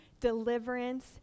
deliverance